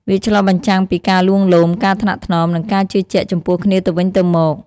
វាឆ្លុះបញ្ចាំងពីការលួងលោម ការថ្នាក់ថ្នម និងការជឿជាក់ចំពោះគ្នាទៅវិញទៅមក។